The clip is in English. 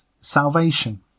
salvation